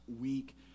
week